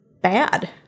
bad